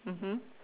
mmhmm